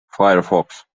firefox